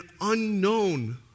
unknown